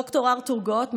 ד"ר ארתור גוט,